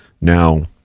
now –